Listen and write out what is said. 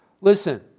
Listen